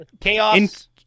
Chaos